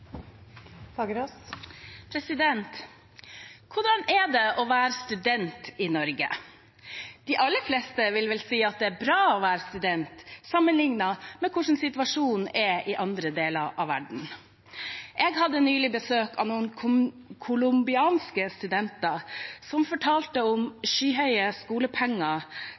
det å være student i Norge? De aller fleste vil vel si at det er bra å være student, sammenlignet med hvordan situasjonen er i andre deler av verden. Jeg hadde nylig besøk av noen colombianske studenter. De fortalte om skyhøye skolepenger,